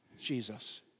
Jesus